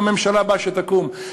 ובממשלה הבאה שתקום,